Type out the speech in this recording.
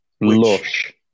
Lush